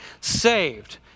saved